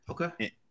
Okay